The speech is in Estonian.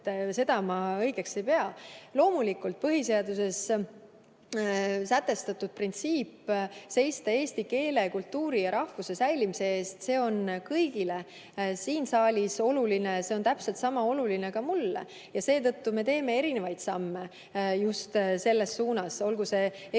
Seda ma õigeks ei pea. Loomulikult, põhiseaduses sätestatud printsiip seista eesti keele, kultuuri ja rahvuse säilimise eest on kõigile siin saalis oluline. See on täpselt sama oluline ka mulle. Seetõttu me teeme erinevaid samme just selles suunas, olgu see näiteks